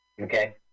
Okay